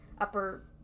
upper